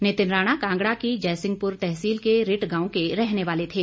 नितिन राणा कांगड़ा की जयसिंहपुर तहसील के रिट गांव के रहने वाले थे